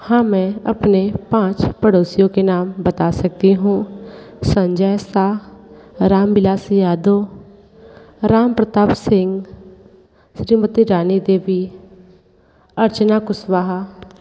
हाँ मैं अपने पाँच पड़ोसियों के नाम बता सकती हूँ संजय शाह रामविलास यादव रामप्रताप सिंह श्रीमति रानी देवी अर्चना कुशवाहा